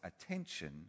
attention